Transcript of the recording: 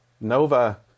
Nova